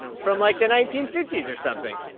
from like the nineteen fifty s or something.